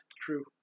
true